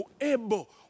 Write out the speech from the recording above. able